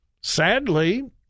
Sadly